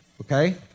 Okay